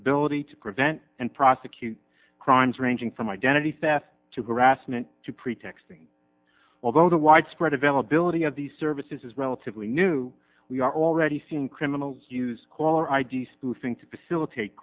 ability to prevent and prosecute crimes ranging from identity theft to harassment to pretexting though the widespread availability of these services is relatively new we are already seeing criminals use caller id spoofing to facilitate